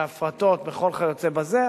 בהפרטות וכל כיוצא בזה,